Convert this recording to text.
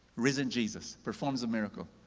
risen jesus performs a miracle.